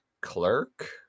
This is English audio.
clerk